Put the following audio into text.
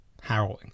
harrowing